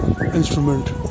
instrument